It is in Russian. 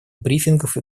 брифингов